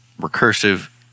recursive